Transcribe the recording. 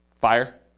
Fire